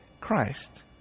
Christ